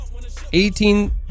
18